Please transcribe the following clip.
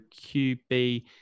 QB